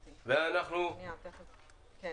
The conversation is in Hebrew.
מ/1347.